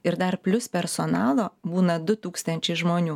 ir dar plius personalo būna du tūkstančiai žmonių